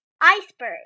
iceberg